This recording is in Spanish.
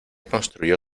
construyó